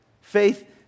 Faith